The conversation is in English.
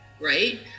Right